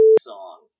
song